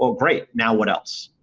ah great. now, what else?